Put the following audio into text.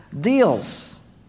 deals